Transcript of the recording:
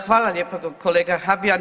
Hvala lijepa kolega Habijan.